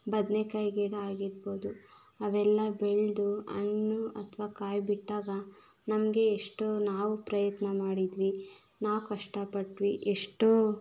ಬದ್ನೇಕಾಯಿ ಗಿಡ ಆಗಿರ್ಬೋದು ಅವೆಲ್ಲ ಬೆಳೆದು ಹಣ್ಣು ಅಥವಾ ಕಾಯಿ ಬಿಟ್ಟಾಗ ನಮಗೆ ಎಷ್ಟೋ ನಾವು ಪ್ರಯತ್ನ ಮಾಡಿದ್ವಿ ನಾವು ಕಷ್ಟಪಟ್ವಿ ಎಷ್ಟೋ